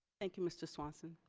thank you, mr swanson.